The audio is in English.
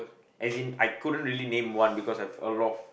as in I couldn't really name one because I've a lot of